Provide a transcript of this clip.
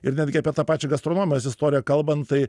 ir netgi apie tą pačią gastronomijos istoriją kalbant tai